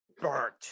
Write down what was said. burnt